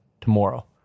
tomorrow